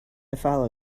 follow